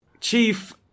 Chief